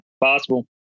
Possible